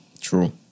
True